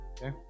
Okay